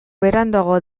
beranduago